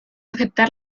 aceptar